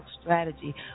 strategy